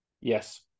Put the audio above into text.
Yes